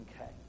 Okay